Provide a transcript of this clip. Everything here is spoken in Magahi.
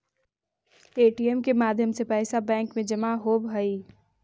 ए.टी.एम के माध्यम से पैइसा बैंक में जमा भी होवऽ हइ